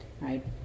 right